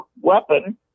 weapon